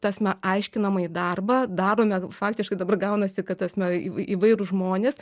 ta prasme aiškinamąjį darbą darome faktiškai dabar gaunasi kad ta prasme įvairūs žmonės